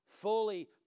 fully